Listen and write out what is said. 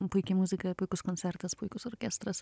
puiki muzika puikus koncertas puikus orkestras